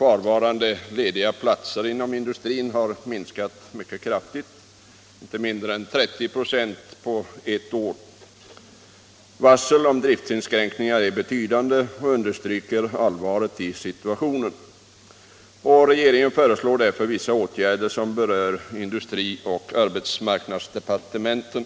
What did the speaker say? Antalet varsel om driftinskränkningar är betydande och understryker allvaret i situationen. Regeringen föreslår därför vissa åtgärder som berör industri och arbetsmarknadsdepartementen.